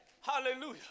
Hallelujah